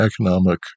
economic